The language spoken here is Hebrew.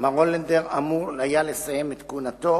מר הולנדר אמור היה לסיים את כהונתו